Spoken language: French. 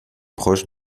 proche